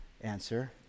answer